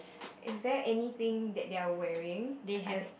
is there anything that they are wearing are there